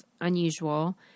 unusual